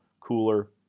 cooler